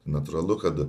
natūralu kad